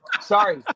sorry